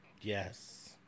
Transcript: Yes